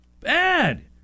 bad